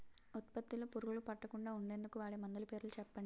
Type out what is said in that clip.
ఉత్పత్తి లొ పురుగులు పట్టకుండా ఉండేందుకు వాడే మందులు పేర్లు చెప్పండీ?